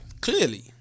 Clearly